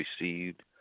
received